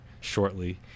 shortly